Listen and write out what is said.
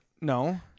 No